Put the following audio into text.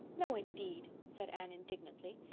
no, indeed, said anne indignantly.